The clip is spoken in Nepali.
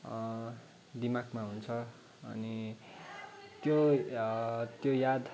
दिमागमा हुन्छ अनि त्यो त्यो याद